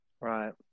Right